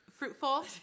fruitful